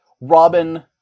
Robin